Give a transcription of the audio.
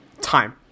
Time